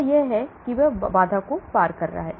वह यह है कि बाधा को पार कर रहा है